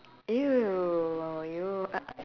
!eww! you uh uh